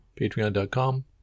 patreon.com